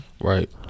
Right